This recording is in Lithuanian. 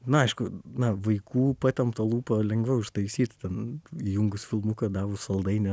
na aišku na vaikų patemptą lūpą lengviau ištaisyt ten įjungus filmuką davus saldainį